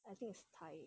I think it's thigh